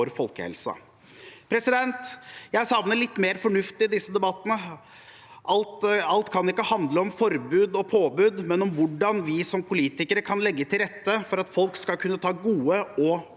folkehelsen. Jeg savner litt mer fornuft i disse debattene. Alt kan ikke handle om forbud og påbud, men om hvordan vi som politikere kan legge til rette for at folk skal kunne ta gode og fornuftige